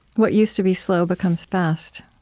what used to be slow becomes fast.